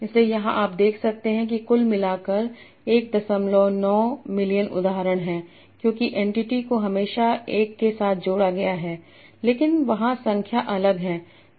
इसलिए यहां आप देख सकते हैं कि कुल मिलाकर 19 मिलियन उदाहरण हैं क्योंकि एंटिटी को हमेशा एक के साथ जोड़ा गया है लेकिन वहां संख्या अलग हैं